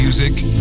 Music